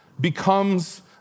becomes